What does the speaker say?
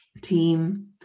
team